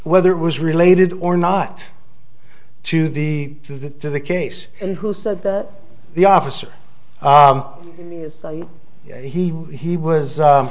whether it was related or not to the to the to the case in who said that the officer he he was